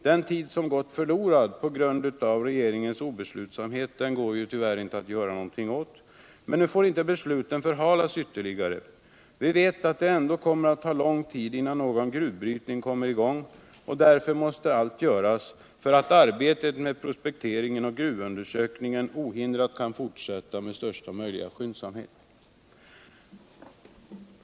Den tid som gått förlorad på grund av regeringens obeslutsamhet går tyvärr inte att göra någonting åt, men nu får inte besluten förhalas ytterligare. Vi vet att det ändå kommer att ta lång tid innan någon gruvbrytning kommer i gång. och därför måste allt göras för att arbetet med prospekteringen och gruvundersökningen ohindrat kan fortsätta med största möjliga skyndsamhet.